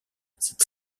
cette